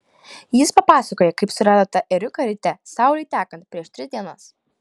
jis papasakojo kaip surado tą ėriuką ryte saulei tekant prieš tris dienas